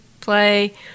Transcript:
play